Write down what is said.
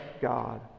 God